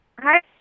Hi